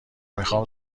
میخام